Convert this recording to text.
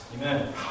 Amen